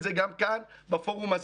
בבקשה.